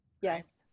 Yes